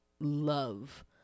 love